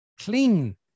clean